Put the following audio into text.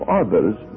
others